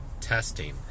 testing